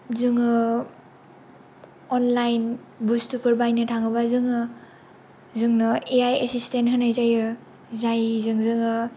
जोङो अनलाइन बुस्थुफोर बायनो थाङोबा जोङो जोंनो ए आइ एसिस्टेन्ट होनाय जायो जायजों जोङो